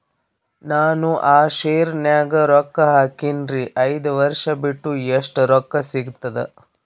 ನಾನು ಆ ಶೇರ ನ್ಯಾಗ ರೊಕ್ಕ ಹಾಕಿನ್ರಿ, ಐದ ವರ್ಷ ಬಿಟ್ಟು ಎಷ್ಟ ರೊಕ್ಕ ಸಿಗ್ತದ?